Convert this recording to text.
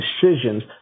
decisions